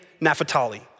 Naphtali